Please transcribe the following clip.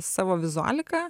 savo vizualika